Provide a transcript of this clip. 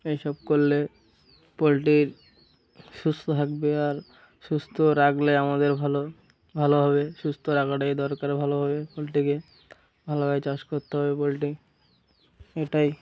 এইসব করলে পোলট্রির সুস্থ থাকবে আর সুস্থ রাখলে আমাদের ভালো ভালো হবে সুস্থ রাখাটাই দরকার ভালো ভাবে পোলট্রিকে ভালোভাবে চাষ করতে হবে পোলট্রি এটাই